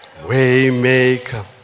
Waymaker